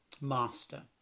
master